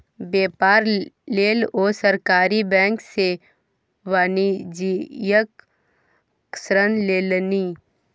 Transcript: बेपार लेल ओ सरकारी बैंक सँ वाणिज्यिक ऋण लेलनि